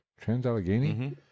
Trans-Allegheny